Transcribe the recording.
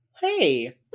hey